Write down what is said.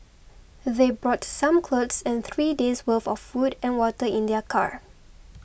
they brought some clothes and three days' worth of food and water in their car